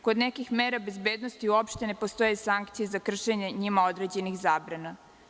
Kod nekih mera bezbednosti uopšte ne postoje sankcije za kršenje njima određenih zabrana.